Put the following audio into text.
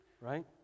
Right